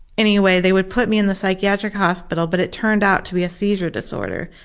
anyway they would put me in the psychiatric hospital but it turned out to be a seizure disorder,